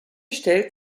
stellt